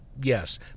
yes